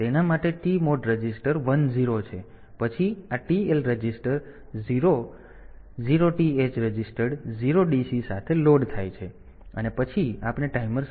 તેથી તેના માટે TMOD રજિસ્ટર 1 0 છે પછી આ TL register 0 0 TH registered 0 DC સાથે લોડ થાય છે અને પછી આપણે ટાઈમર શરૂ કરો